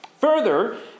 Further